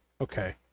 okay